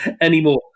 anymore